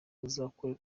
uzakora